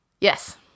Yes